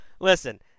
listen